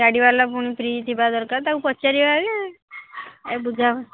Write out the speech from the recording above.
ଗାଡ଼ିବାଲା ପୁଣି ଫ୍ରି ଥିବା ଦରକାର ତାକୁ ପଚାରିବା ଆଗେ ଏ ବୁଝା